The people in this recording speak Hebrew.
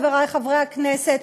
חברי חברי הכנסת,